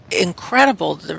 incredible